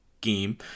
game